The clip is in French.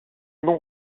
non